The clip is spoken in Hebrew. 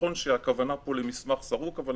נכון שהכוונה פה היא למסמך סרוק, אבל